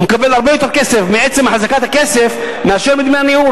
הוא מקבל הרבה יותר כסף מעצם החזקת הכסף מאשר מדמי הניהול.